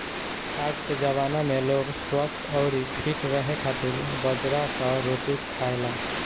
आजके जमाना में लोग स्वस्थ्य अउरी फिट रहे खातिर बाजरा कअ रोटी खाएला